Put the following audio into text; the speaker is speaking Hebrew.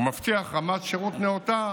ויבטיח רמת שירות נאותה